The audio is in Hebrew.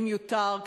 אם יותַר,